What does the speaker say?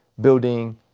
building